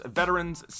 veterans